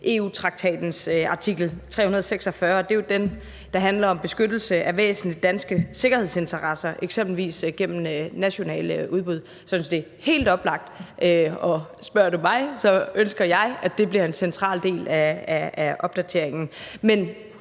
EU-traktatens artikel 346. Det er jo den, der handler om beskyttelse af væsentlige danske sikkerhedsinteresser, eksempelvis gennem nationale udbud – så det synes jeg er helt oplagt Og spørger du mig, ønsker jeg, at det bliver en central del af opdateringen. Men